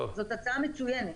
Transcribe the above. זאת הצעה מצוינת.